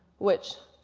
which